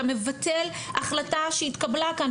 אתה מבטל החלטה שהתקבלה כאן.